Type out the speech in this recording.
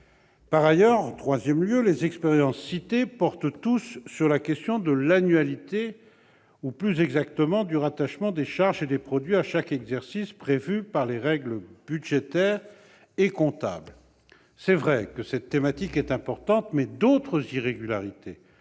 Par ailleurs, les exemples cités portent tous sur la question de l'annualité ou plus exactement du rattachement des charges et des produits à chaque exercice, prévu par les règles budgétaires et comptables. C'est vrai, cette thématique est importante, mais d'autres irrégularités,